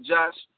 Josh